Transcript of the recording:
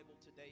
today